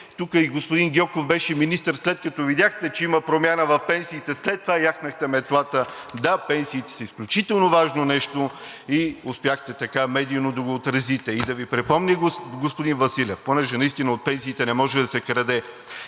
Тук е и господин Гьоков, който беше министър, а след като видяхте, че има промяна в пенсиите, след това яхнахте метлата. Да, пенсиите са изключително важно нещо и успяхте така медийно да отразите. Да Ви припомня, господин Василев, понеже наистина от пенсиите не може да се краде,